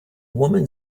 woman